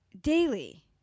daily